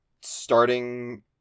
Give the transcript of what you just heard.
starting